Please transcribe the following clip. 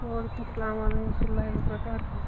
وعلیکُم سلام ورحمتُہ اللہ وبرکاتہوٗ